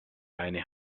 leine